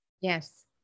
Yes